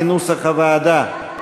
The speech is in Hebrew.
כנוסח הוועדה,